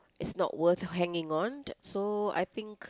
it's not worth hanging on so I think